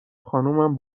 خانمم